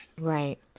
Right